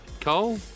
Cole